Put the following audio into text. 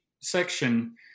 section